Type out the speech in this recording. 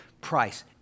price